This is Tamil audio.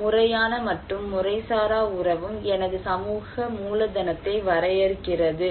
முறையான மற்றும் முறைசாரா உறவும் எனது சமூக மூலதனத்தை வரையறுக்கிறது